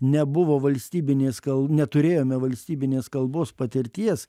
nebuvo valstybinės kal neturėjome valstybinės kalbos patirties